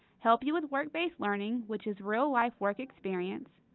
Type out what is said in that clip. help you with work based learning which is real life work experience.